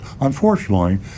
unfortunately